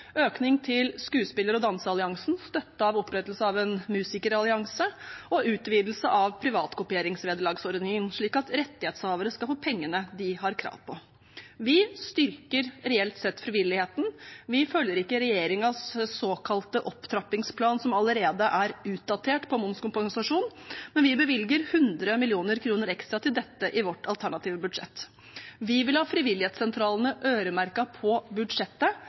økning til Skuespiller- og danseralliansen, støtte til opprettelse av en musikerallianse og utvidelse av privatkopieringsvederlagsordningen, slik at rettighetshavere skal få pengene de har krav på. Vi styrker reelt sett frivilligheten. Vi følger ikke regjeringens såkalte opptrappingsplan, som allerede er utdatert, for momskompensasjon, men vi bevilger 100 mill. kr ekstra til dette i vårt alternative budsjett. Vi vil ha frivilligsentralene øremerket på budsjettet.